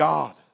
God